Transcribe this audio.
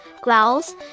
growls